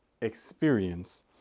experience